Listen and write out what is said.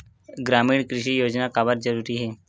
ग्रामीण कृषि योजना काबर जरूरी हे?